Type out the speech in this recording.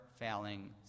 failing